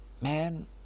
Man